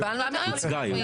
היא הוצגה פה.